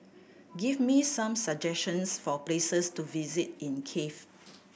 give me some suggestions for places to visit in Kiev